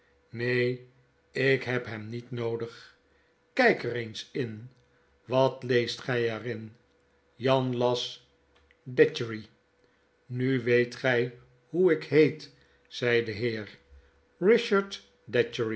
neen ik heb hem niet noodig kijk er eens in wat leest gij er in jan las datchery nu weet gij hoe ik heet zei de heer